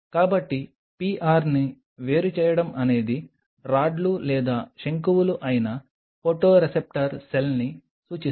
కాబట్టి PRని వేరుచేయడం అనేది రాడ్లు లేదా శంకువులు అయిన ఫోటోరిసెప్టర్ సెల్ని సూచిస్తుంది